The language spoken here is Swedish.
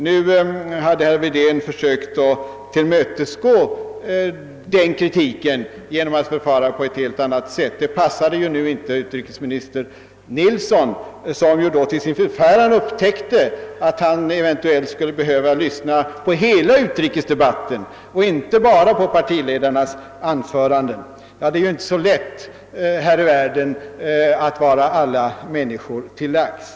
Därför hade herr Wedén försökt tillmötesgå den kritiken genom att i dag förfara på annat sätt. Men detta passade inte utrikesminister Nilsson som till sin förfäran upptäckte att han eventuellt skulle behöva lyssna på hela utrikesdebatten, inte bara på partiledarnas anföranden. Ja, det är inte lätt att vara alla människor till lags!